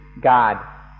God